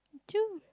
true